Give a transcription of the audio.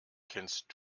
kennst